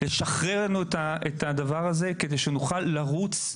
לשחרר לנו את הדבר הזה כדי שנוכל לרוץ,